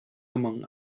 among